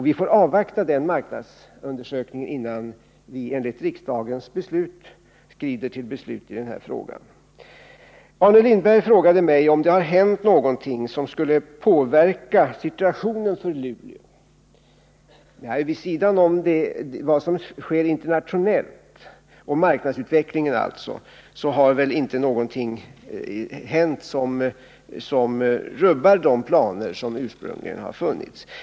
Vi får avvakta den marknadsundersökningen innan vi enligt riksdagens beslut skrider till handling i denna fråga. Arne Lindberg frågade mig om det har hänt något som skulle påverka situationen i Luleå. Frånsett den internationella marknadsutvecklingen — som alltså inte är särskilt ljus — har inte någonting hänt som påverkar planerna.